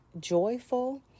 joyful